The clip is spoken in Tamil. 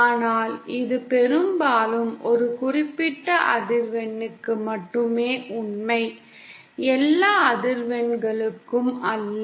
ஆனால் இது பெரும்பாலும் ஒரு குறிப்பிட்ட அதிர்வெண்ணுக்கு மட்டுமே உண்மை எல்லா அதிர்வெண்களுக்கும் அல்ல